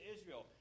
Israel